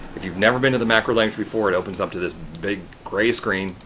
if you've never been to the macro language before, it opens up to this big grey screen.